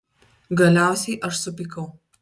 galiausiai aš supykau